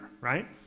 Right